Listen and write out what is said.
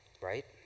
right